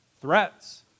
threats